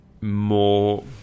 more